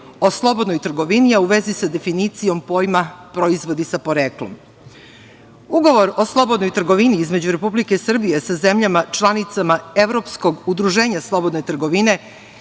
o slobodnoj trgovini, a u vezi sa definicijom pojma proizvodi sa poreklom. Ugovor o slobodnoj trgovini između Republike Srbije sa zemljama članicama Evropskog udruženja slobodne trgovine,